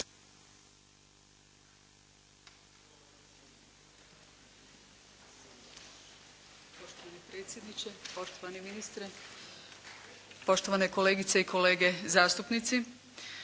Poštovani predsjedniče, poštovani ministre, poštovane kolegice i kolege zastupnici.